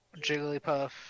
Jigglypuff